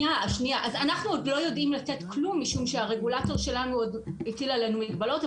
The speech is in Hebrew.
אנחנו עוד לא יודעים לתת כלום משום שהרגולטור שלנו הטיל עלינו מגבלות.